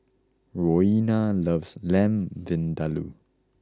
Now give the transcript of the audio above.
Roena loves Lamb Vindaloo